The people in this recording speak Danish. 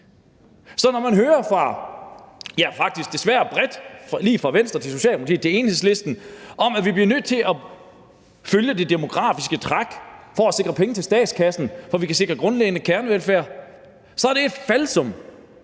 Så når man hører fra, ja, faktisk desværre bredt lige fra Venstre til Socialdemokratiet og til Enhedslisten, at vi bliver nødt til at følge det demografiske træk for at sikre penge til statskassen, så vi kan sikre grundlæggende kernevelfærd, så er det et falsum.